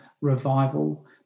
revival